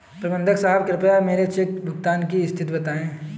प्रबंधक साहब कृपया मेरे चेक भुगतान की स्थिति बताएं